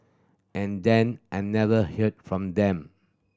and then I never hear from them